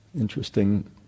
Interesting